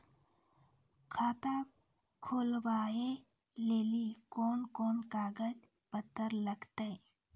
खाता खोलबाबय लेली कोंन कोंन कागज पत्तर लगतै?